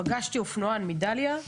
פגשתי אופנוען מדליה,